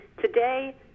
today